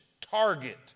target